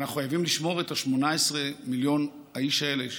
ואנחנו חייבים לשמור את 18 מיליון האיש האלה,